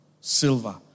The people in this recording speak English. silver